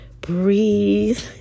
breathe